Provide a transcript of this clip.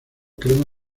crema